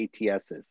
ATSs